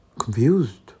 confused